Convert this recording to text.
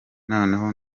noneho